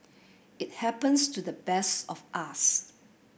it happens to the best of us